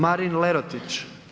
Marin Lerotić.